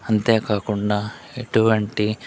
అంతేకాకుండా ఎటువంటి